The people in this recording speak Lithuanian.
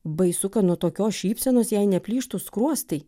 baisu kad nuo tokios šypsenos jai neplyštų skruostai